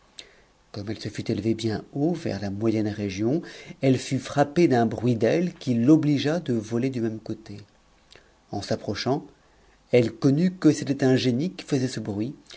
comme elle se fut élevée bien haut vers la moyenne région elle fut frappée d'un bruit d'ailes qui l'obligea de voler du tuêrnc côté en s'approchant elle connut que c'était un génie qui faisait ce bruit